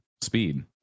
speed